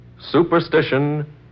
Superstition